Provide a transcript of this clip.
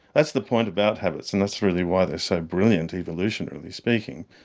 that's the point about habits and that's really why they are so brilliant, evolutionarily speaking,